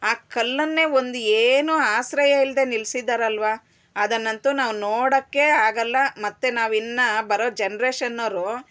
ಆ ಕಲ್ಲನ್ನೇ ಒಂದು ಏನು ಆಶ್ರಯ ಇಲ್ಲದೆ ನಿಲ್ಸಿದ್ದಾರಲ್ವ ಅದನ್ನಂತು ನಾವು ನೋಡೋಕ್ಕೆ ಆಗೋಲ್ಲ ಮತ್ತು ನಾವಿನ್ನು ಬರೋ ಜನ್ರೇಷನವರು